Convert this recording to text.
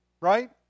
right